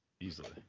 Easily